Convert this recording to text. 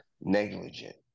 negligent